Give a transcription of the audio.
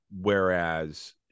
whereas